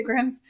Instagram